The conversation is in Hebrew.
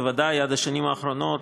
בוודאי עד השנים האחרונות,